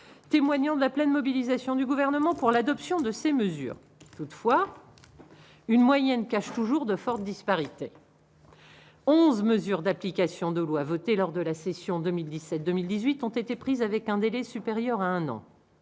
témoignant de la pleine mobilisation du gouvernement pour l'adoption de ces mesures toutefois une moyenne cache toujours de fortes disparités. 11 mesures d'application de loi votées lors de la session 2017, 2018 ont été prises avec un délai supérieur à un an